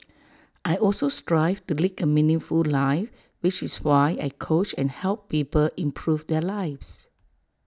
I also strive to lead A meaningful life which is why I coach and help people improve their lives